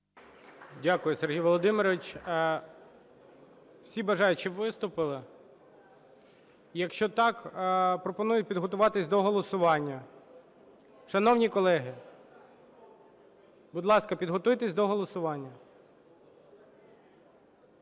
Дякую, Сергію Володимировичу. Всі бажаючи виступили. Якщо так, пропоную підготуватись до голосування. Шановні колеги, будь ласка, підготуйтесь до голосування.